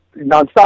nonstop